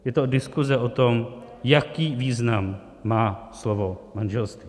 Je to diskuze o tom, jaký význam má slovo manželství.